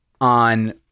on